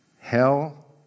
Hell